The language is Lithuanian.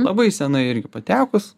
labai senai irgi patekus